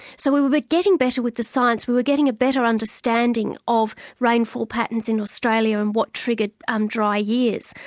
so we were but getting better with the science, we were getting a better understanding of rainfall patterns in australia and what triggered um dry years.